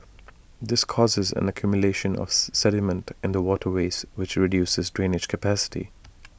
this causes an accumulation of sediment in the waterways which reduces drainage capacity